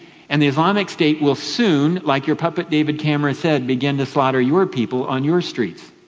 and the islamic state will soon, like your puppet david cameron said, begin to slaughter your people on your streets.